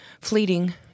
Fleeting